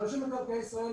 ושיווקן מתעכבים וכי חלק